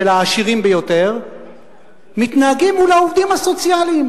העשירים ביותר מתנהגים מול העובדים הסוציאליים,